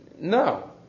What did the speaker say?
No